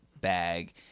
bag